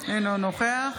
אינו נוכח